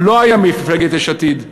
לא הייתה מפלגת יש עתיד.